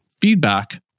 feedback